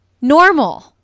normal